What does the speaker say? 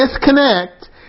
Disconnect